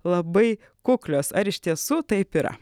labai kuklios ar iš tiesų taip yra